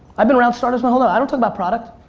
i've been around startups my whole i don't talk about product.